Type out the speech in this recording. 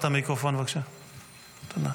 תודה,